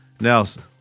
Nelson